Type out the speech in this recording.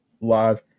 live